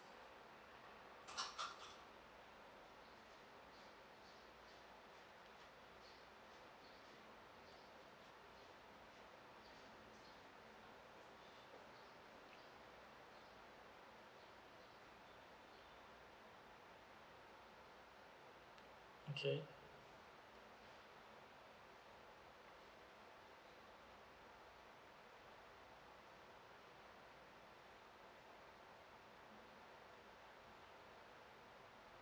okay